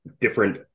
different